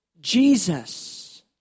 Jesus